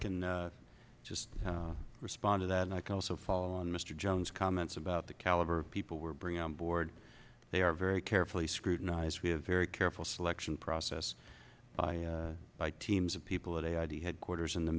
can just respond to that and i can also follow on mr jones comments about the caliber of people we're bring on board they are very carefully scrutinize we have very careful selection process by teams of people they id headquarters in the